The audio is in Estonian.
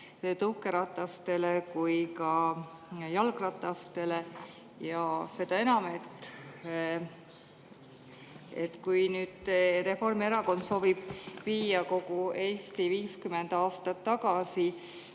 tõukeratastele ja jalgratastele. Ja seda enam, et kui nüüd Reformierakond soovib viia kogu Eesti [ajas] 50 aastat tagasi,